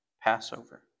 Passover